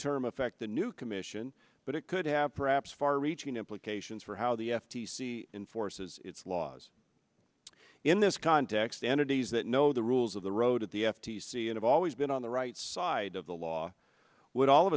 term affect the new commission but it could have perhaps far reaching implications for how the f t c enforces its laws in this context entities that know the rules of the road at the f t c and i've always been on the right side of the law would all of